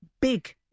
big